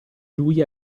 lui